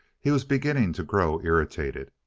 he was beginning to grow irritated.